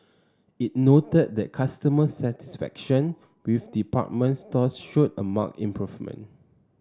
it noted that customer satisfaction with department stores showed a marked improvement